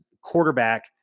quarterback